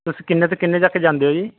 ਤੁਸੀਂ ਕਿੰਨੇ ਤੋਂ ਕਿੰਨੇ ਤੱਕ ਜਾਂਦੇ ਹੋ ਜੀ